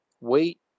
weight